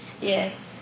Yes